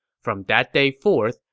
from that day forth,